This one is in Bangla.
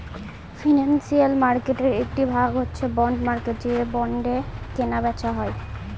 ফিনান্সিয়াল মার্কেটের একটি ভাগ হচ্ছে বন্ড মার্কেট যে বন্ডে কেনা বেচা হয়